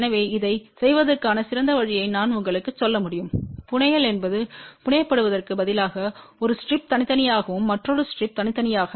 எனவே இதைச் செய்வதற்கான சிறந்த வழியை நான் உங்களுக்குச் சொல்ல முடியும் புனையல் என்பது புனையப்படுவதற்குப் பதிலாக ஒரு ஸ்ட்ரிப் தனித்தனியாகவும் மற்றொரு ஸ்ட்ரிப் தனித்தனியாக